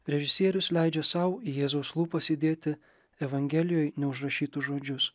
režisierius leidžia sau į jėzaus lūpas įdėti evangelijoj neužrašytus žodžius